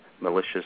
malicious